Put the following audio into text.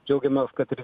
džiaugiamės kad ir